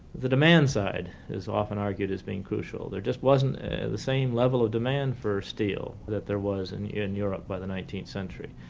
the demand side is often argued as being crucial. there just wasn't the same level of demand for steel that there was and in europe by the nineteenth century,